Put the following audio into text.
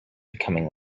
becoming